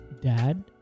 dad